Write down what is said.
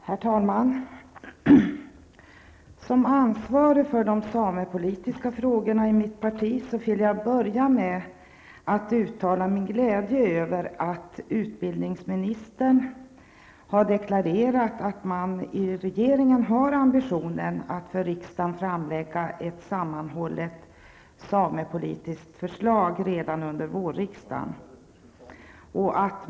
Herr talman! Som ansvarig för de samepolitiska frågorna i mitt parti vill jag börja med att uttala min glädje över att utbildningsministern, tillika ''sameministern'', har deklarerat att man i regeringen har ambitionen att för riksdagen framlägga ett sammanhållet samepolitiskt förslag redan under vårriksdagen.